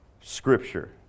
scripture